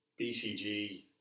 BCG